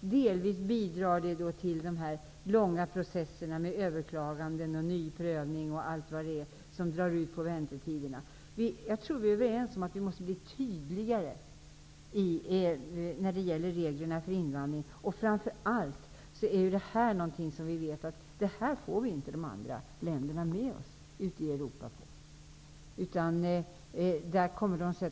den bidrar delvis till de långa processerna, med överklaganden och nya prövningar m.m., som drar ut på väntetiderna. Jag tror att vi är överens om att vi måste bli tydligare när det gäller reglerna för invandring. Framför allt är det här någonting som vi vet att vi inte får de andra länderna ute i Europa med oss på.